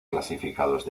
clasificados